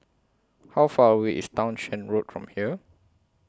How Far away IS Townshend Road from here